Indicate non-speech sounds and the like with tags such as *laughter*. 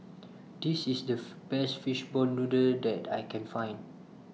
This IS The *hesitation* Best Fishball Noodle that I Can Find